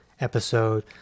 episode